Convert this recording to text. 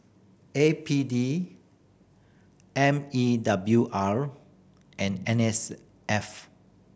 A P D M E W R and N S F